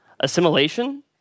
Assimilation